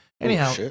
Anyhow